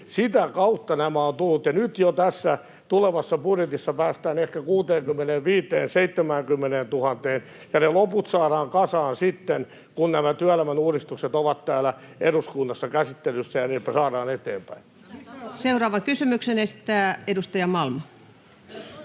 Sitä kautta nämä ovat tulleet, ja nyt jo tässä tulevassa budjetissa päästään ehkä 65 000—70 000:een, ja ne loput saadaan kasaan sitten, kun nämä työelämän uudistukset ovat täällä eduskunnassa käsittelyssä ja niitä saadaan eteenpäin.